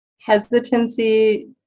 hesitancy